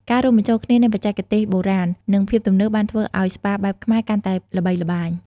ការរួមបញ្ចូលគ្នានៃបច្ចេកទេសបុរាណ និងភាពទំនើបបានធ្វើឱ្យស្ប៉ាបែបខ្មែរកាន់តែល្បីល្បាញ។